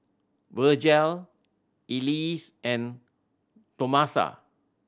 Virgel Elease and Tomasa